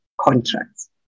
contracts